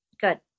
Good